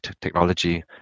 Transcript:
technology